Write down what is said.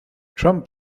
trump